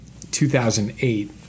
2008